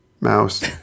mouse